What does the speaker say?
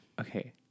okay